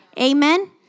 Amen